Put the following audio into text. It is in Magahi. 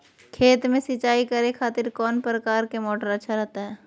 खेत में सिंचाई करे खातिर कौन प्रकार के मोटर अच्छा रहता हय?